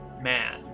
man